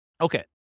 Okay